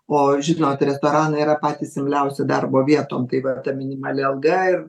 o žinot restoranai yra patys imliausi darbo vietom tai va ta minimali alga ir